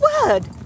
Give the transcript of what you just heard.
word